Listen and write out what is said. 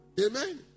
Amen